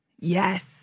Yes